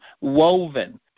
woven